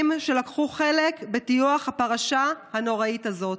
שלקחו חלק בטיוח הפרשה הנוראית הזאת.